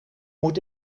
moet